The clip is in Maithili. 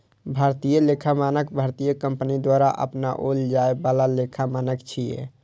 भारतीय लेखा मानक भारतीय कंपनी द्वारा अपनाओल जाए बला लेखा मानक छियै